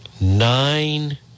Nine